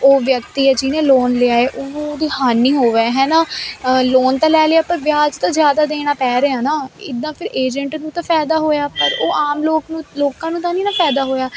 ਉਹ ਵਿਅਕਤੀ ਹੈ ਜਿਹਨੇ ਲੋਨ ਲਿਆ ਏ ਉਹਨੂੰ ਹਾਨੀ ਹੋਵੇ ਹੈ ਨਾ ਲੋਨ ਤਾਂ ਲੈ ਲਿਆ ਪਰ ਵਿਆਜ ਤਾਂ ਜ਼ਿਆਦਾ ਦੇਣਾ ਪੈ ਰਿਹਾ ਨਾ ਇੱਦਾਂ ਫਿਰ ਏਜੰਟ ਨੂੰ ਤਾਂ ਫਾਇਦਾ ਹੋਇਆ ਪਰ ਉਹ ਆਮ ਲੋਕ ਨੂੰ ਲੋਕਾਂ ਨੂੰ ਤਾਂ ਨਹੀਂ ਨਾ ਫਾਇਦਾ ਹੋਇਆ